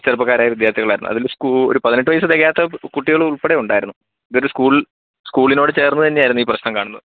ചെറുപ്പക്കാരായ വിദ്യാർത്ഥികളായിരുന്നു അതിൽ ഒരു പതിനെട്ട് വയസ്സ് തികയാത്ത കുട്ടികളുൾ ഉൾപ്പെടെ ഉണ്ടായിരുന്നു ഇതൊരു സ്കൂൾ സ്കൂളിനോട് ചേർന്ന് തന്നെ ആയിരുന്നു ഈ പ്രശ്നം കാണുന്നത്